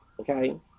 okay